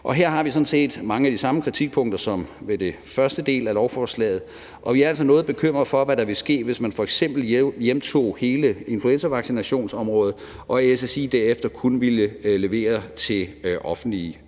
og her har vi sådan set mange af de samme kritikpunkter som ved den første del af lovforslaget, og vi er altså noget bekymrede for, hvad der ville ske, hvis man f.eks. hjemtog hele influenzavaccinationsområdet og SSI derefter kun ville levere til offentlige